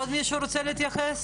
עוד מישהו רוצה להתייחס?